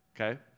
okay